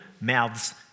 mouths